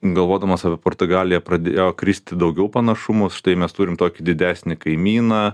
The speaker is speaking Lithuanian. galvodamas apie portugaliją pradėjo kristi daugiau panašumų štai mes turim tokį didesnį kaimyną